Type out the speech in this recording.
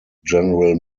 general